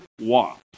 walk